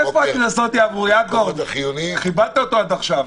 איך יעברו, יעקב, כיבדת אותו עד עכשיו.